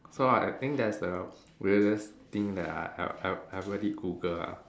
so I think that's the weirdest thing that I I I ever did Google lah